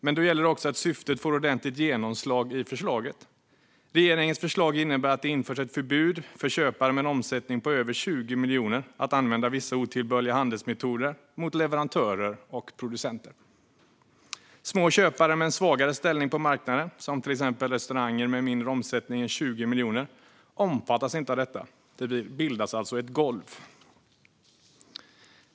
Men då gäller det att syftet får ordentligt genomslag i förslaget. Regeringens förslag innebär att det införs ett förbud för köpare med en omsättning på över 20 miljoner att använda vissa otillbörliga handelsmetoder mot leverantörer och producenter. Små köpare med en svagare ställning på marknaden, till exempel restauranger med en mindre omsättning än 20 miljoner, omfattas inte. Det bildas alltså ett golv.